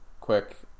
quick